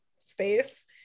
space